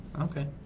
Okay